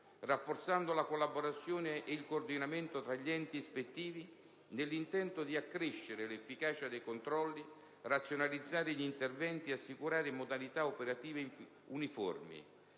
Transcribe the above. rafforzando la collaborazione e il coordinamento tra gli enti ispettivi nell'intento di accrescere l'efficacia dei controlli, razionalizzare gli interventi, assicurare modalità operative uniformi.